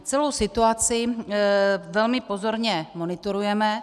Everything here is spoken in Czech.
Celou situaci velmi pozorně monitorujeme.